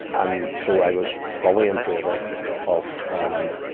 and, so i was fully in favor of, um,